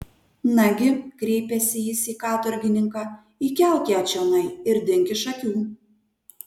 nagi kreipėsi jis į katorgininką įkelk ją čionai ir dink iš akių